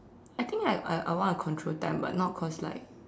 I think I I I want to control time but not cause like